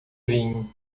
vinho